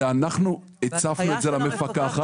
זה אנחנו הצפנו את זה למפקחת.